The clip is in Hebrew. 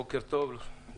בוקר טוב לכולם.